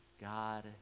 God